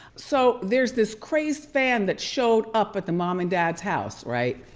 so, there's this crazed fan that showed up at the mom and dad's house, right.